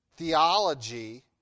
Theology